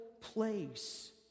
place